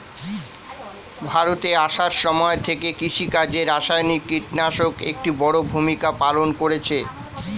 ভারতে আসার সময় থেকে কৃষিকাজে রাসায়নিক কিটনাশক একটি বড়ো ভূমিকা পালন করেছে